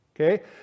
Okay